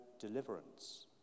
deliverance